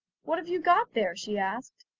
what have you got there she asked,